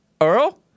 Earl